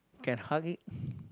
can hug it